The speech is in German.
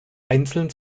einzeln